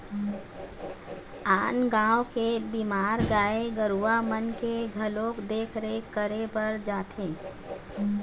आन गाँव के बीमार गाय गरुवा मन के घलोक देख रेख करे बर जाथे